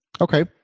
Okay